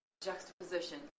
juxtaposition